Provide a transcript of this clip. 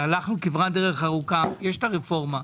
יש הרפורמה.